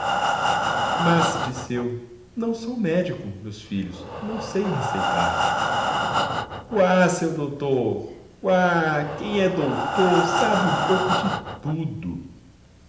disse eu não sou médico meus filhos não sei receitar quá seu doutô quá quem é doutô sabe um pouco de tudo